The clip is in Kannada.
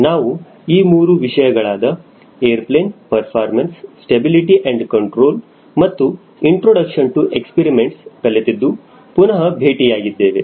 ನಾವು ಈ ಮೂರು ವಿಷಯಗಳಾದ airplane performance stability and control ಮತ್ತು ಇಂಟ್ರೊಡಕ್ಷನ್ ಟು ಎಕ್ಸ್ಪೆರಿಮೆಂಟ್ಸ್ ಕಲೆತಿದ್ದು ಪುನಹ ಭೇಟಿಯಾಗಿದ್ದೇವೆ